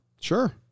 Sure